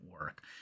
work